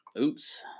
Oops